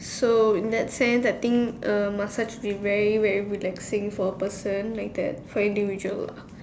so in that sense I think massage will be very very relaxing for a person like that for an individual